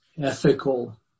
ethical